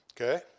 Okay